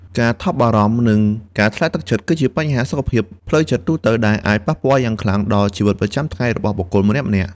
ការថប់បារម្ភ និងការធ្លាក់ទឹកចិត្ត គឺជាបញ្ហាសុខភាពផ្លូវចិត្តទូទៅ ដែលអាចប៉ះពាល់យ៉ាងខ្លាំងដល់ជីវិតប្រចាំថ្ងៃរបស់បុគ្គលម្នាក់ៗ។